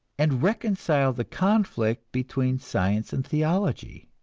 and reconcile the conflict between science and theology.